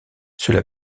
cela